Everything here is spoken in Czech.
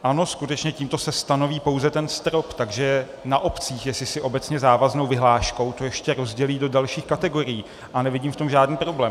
Ano, skutečně, tímto se stanoví pouze ten strop, takže je na obcích, jestli si to obecně závaznou vyhláškou ještě rozdělí do dalších kategorií, a nevidím v tom žádný problém.